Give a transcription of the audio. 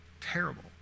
Terrible